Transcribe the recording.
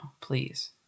please